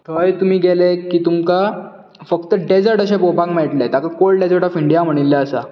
थंय तुमी गेले की तुमकां फक्त डेजर्ट अशें पळोवपाक मेळटलें ताका काल्ड डेजर्ट ऑफ इंडिया म्हणिल्लें आसा